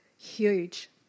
huge